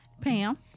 Pam